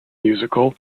musical